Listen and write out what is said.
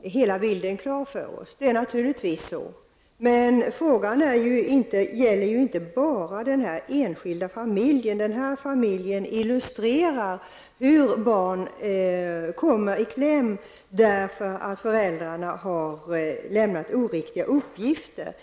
hela bilden klar för sig. Det är naturligtvis så. Men frågan gäller inte bara den här enskilda familjen. Fallet med den här familjen illustrerar hur barn kommer i kläm, därför att föräldrarna har lämnat oriktiga uppgifter.